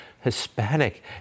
Hispanic